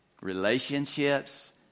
relationships